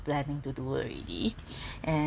planning to do already and